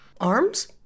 Arms